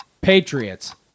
Patriots